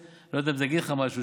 אני לא יודע אם זה יגיד לך משהו,